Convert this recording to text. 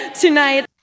tonight